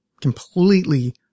completely